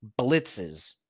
blitzes